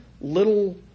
little